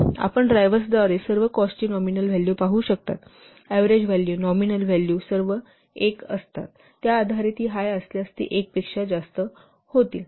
आपण ड्रायव्हर्सद्वारे सर्व कॉस्टची नॉमिनल व्हॅल्यू पाहू शकता अव्हेरज व्हॅल्यू नॉमिनल व्हॅल्यू सर्व एक असतात आणि त्या आधारे ती हाय असल्यास ती 1 पेक्षा जास्त होईल